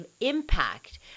impact